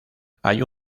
hay